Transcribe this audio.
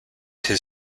his